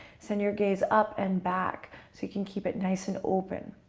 send your gaze up and back so you can keep it nice and open.